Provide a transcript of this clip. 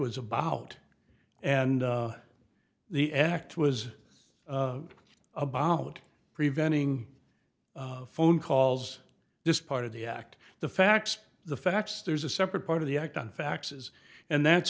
was about and the act was abolished preventing phone calls this part of the act the facts the facts there's a separate part of the act on faxes and that's